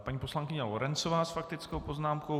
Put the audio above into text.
Paní poslankyně Lorencová s faktickou poznámkou.